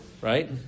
Right